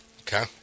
Okay